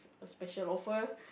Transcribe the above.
special offer